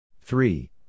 Three